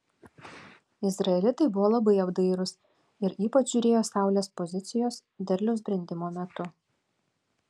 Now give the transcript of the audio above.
izraelitai buvo labai apdairūs ir ypač žiūrėjo saulės pozicijos derliaus brendimo metu